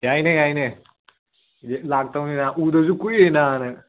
ꯌꯥꯏꯅꯦ ꯌꯥꯏꯅꯦ ꯁꯤꯗ ꯂꯥꯛꯇꯧꯅꯤꯅꯦ ꯎꯗꯕꯁꯨ ꯀꯨꯏꯔꯦ ꯅꯥꯕ ꯅꯪ